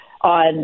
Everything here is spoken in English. on